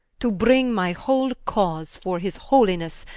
to bring my whole cause fore his holinesse,